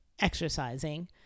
exercising